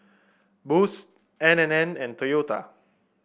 Boost N and N and Toyota